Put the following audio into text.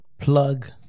Plug